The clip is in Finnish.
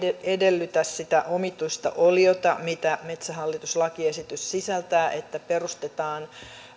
edellytä sitä omituista oliota mitä metsähallitus lakiesitys sisältää että perustetaan